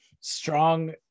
strong